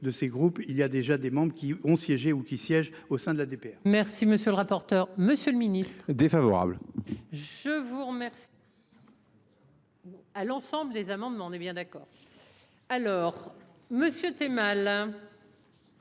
de ces groupes, il y a déjà des membres qui ont siégé ou qui siègent au sein de la ADP. Merci monsieur le rapporteur. Monsieur le Ministre. Défavorable. Je vous remercie. À l'ensemble des amendes mais on est bien d'accord. Alors monsieur tu